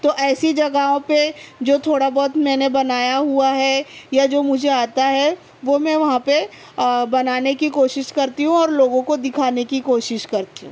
تو ایسی جگہوں پہ جو تھوڑا بہت میں نے بنایا ہوا ہے یا جو مجھے آتا ہے وہ میں وہاں پہ بنانے کی کوشش کرتی ہوں اور لوگوں کو دکھانے کی کوشش کرتی ہوں